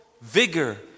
vigor